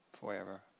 Forever